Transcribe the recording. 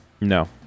No